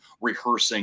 rehearsing